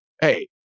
hey